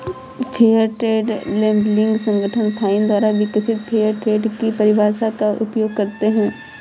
fair trade labelling संगठन FINE द्वारा विकसित फेयर ट्रेड की परिभाषा का उपयोग करते हैं